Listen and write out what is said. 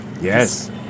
Yes